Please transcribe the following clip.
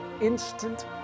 instant